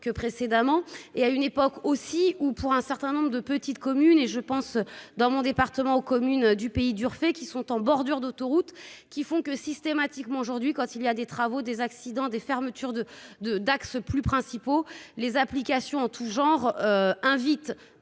précédemment, et à une époque aussi où pour un certain nombre de petites communes et je pense dans mon département, aux communes du Pays d'Urfé qui sont en bordure d'autoroute qui font que, systématiquement, aujourd'hui quand il y a des travaux des accidents, des fermetures de de Dax plus principaux les applications en tous genres, invite,